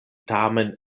tamen